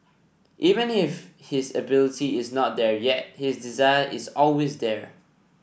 even if his ability is not there yet his desire is always there